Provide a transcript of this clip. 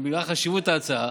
בגלל חשיבות ההצעה